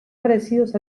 parecidos